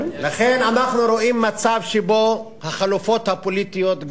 לכן אנחנו רואים מצב שבו החלופות הפוליטיות,